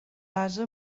ase